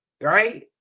right